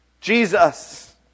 Jesus